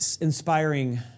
inspiring